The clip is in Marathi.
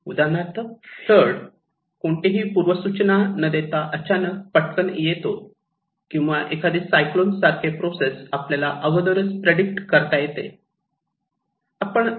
उदाहरणार्थ फ्लड कोणतेही पूर्वसूचना न देता अचानक पटकन येतो किंवा एखादी सायक्लोन सारखे प्रोसेस आपल्याला अगोदरच प्रेडिक्ट करता येते